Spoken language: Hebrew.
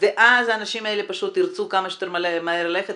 ואז האנשים האלה ירצו כמה שיותר מהר ללכת